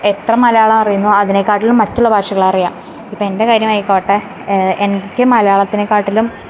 എത്ര മലയാളം അറിയുന്നോ അതിനെക്കാട്ടിലും മറ്റുള്ള ഭാഷകൾ അറിയാം ഇപ്പം എൻ്റെ കാര്യം ആയിക്കോട്ടെ എനിക്ക് മലയാളത്തിനെക്കാട്ടിലും